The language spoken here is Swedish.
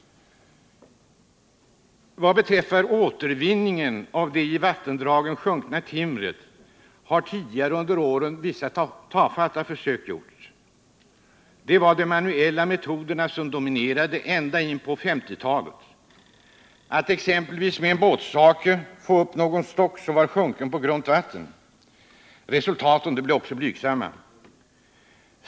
Vad beträffar återvinningen av det i vattendragen sjunkna timret har tidigare under åren vissa tafatta försök gjorts. Det var de manuella metoderna som dominerade ända in på 1950-talet, exempelvis att med en båtshake få upp någon stock som var sjunken på grunt vatten. Resultaten blev också blygsamma.